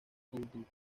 con